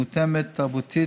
מותאמת תרבותית,